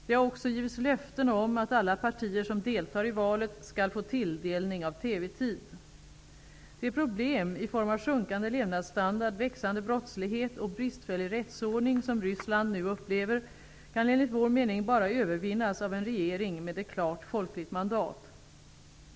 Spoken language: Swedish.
Det har också givits löften om att alla partier som deltar i valet skall få tilldelning av TV-tid. De problem i form av sjunkande levnadsstandard, växande brottslighet och bristfällig rättsordning som Ryssland nu upplever kan enligt vår mening bara övervinnas av en regering med ett klart folkligt mandat.